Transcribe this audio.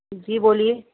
جی بولئے